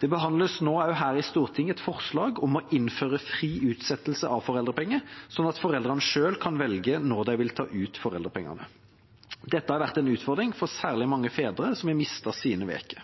Det behandles nå også her i Stortinget et forslag om å innføre fri utsettelse av foreldrepenger, sånn at foreldrene selv kan velge når de vil ta ut foreldrepengene. Dette har vært en utfordring for særlig mange fedre, som har mistet sine uker.